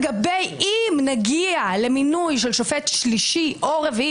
אם זה מינוי פוליטי כמו כל מינוי פוליטי -- זה לא מינוי פוליטי.